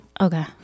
Okay